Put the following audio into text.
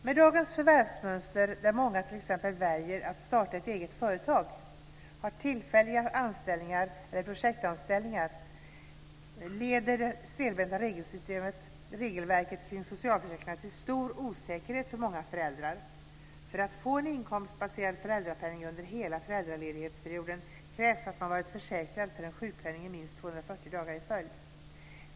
Med dagens förvärvsmönster - där många t.ex. väljer att starta ett eget företag - med tillfälliga anställningar eller projektanställningar, leder det stelbenta regelverket kring socialförsäkringarna till stor osäkerhet för många föräldrar. För att få en inkomstbaserad föräldrapenning under hela föräldraledighetsperioden krävs att man har varit försäkrad för en sjukpenning i minst 240 dagar i följd.